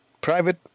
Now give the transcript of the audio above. private